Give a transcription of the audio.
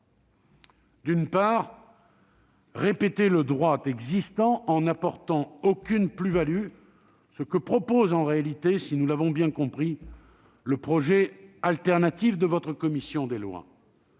d'une part, répéter le droit existant en n'apportant aucune plus-value, ce que propose, en réalité, si nous l'avons bien compris, le projet alternatif de votre commission des lois